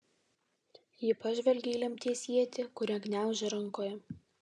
ji pažvelgė į lemties ietį kurią gniaužė rankoje